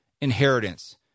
inheritance